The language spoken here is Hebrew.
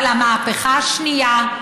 אבל המהפכה השנייה,